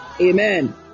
amen